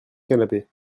canapé